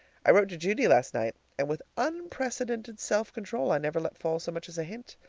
i wrote to judy last night, and with unprecedented self-control i never let fall so much as a hint.